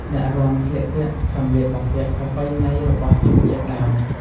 អ្នករាំស្លៀកពាក់សម្លៀកបំពាក់ប្រពៃណីរបស់ជនជាតិដើម។